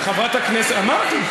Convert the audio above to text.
חברת הכנסת, אמרתי.